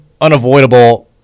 unavoidable